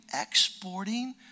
exporting